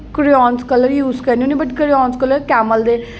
crayon colour use करनी होन्नी आं but crayon colour Camel related